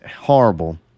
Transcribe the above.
horrible